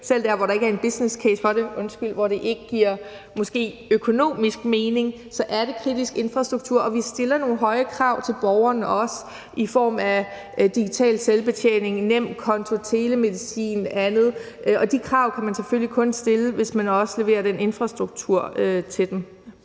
Selv der, hvor der ikke er en businesscase for det, altså der, hvor det måske ikke giver økonomisk mening, er det kritisk infrastruktur. Vi stiller også nogle høje krav til borgerne i form af digital selvbetjening, nemkonto, telemedicin og andet, og de krav kan man selvfølgelig kun stille, hvis man også leverer den nødvendige infrastruktur til det.